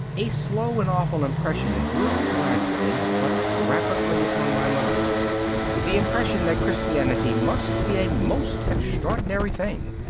a slow and awful impression grew gradually but graphically upon my mind the impression that christianity must be a most extraordinary thing.